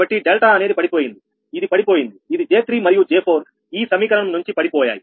కాబట్టి డెల్టా అనేది పడిపోయింది ఇది పడిపోయింది ఇది J3 మరియు J4 ఈ సమీకరణం నుంచి పడిపోయాయి